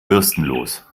bürstenlos